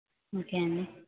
okay అండి